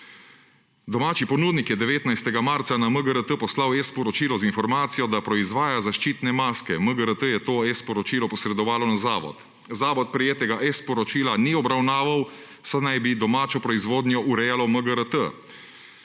domači ponudnik je 19. marca na MGRT poslal e-sporočilo z informacijo, da proizvaja zaščitne maske. MGRT je to e-sporočilo posredovalo na Zavod. Zavod prejetega e-sporočila ni obravnaval, saj naj bi domačo proizvodnjo urejalo MGRT.